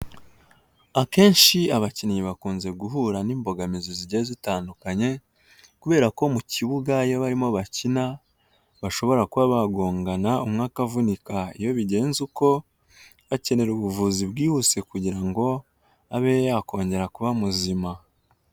Akenshi abakinnyi bakunze guhura n'imbogamizi zigiye zitandukanye, kubera ko mu kibuga iyo barimo bakina bashobora kuba bagongana umwe akavunika. Iyo bigenze uko bakenera ubuvuzi bwihuse kugira ngo abe yakongera kuba muzima.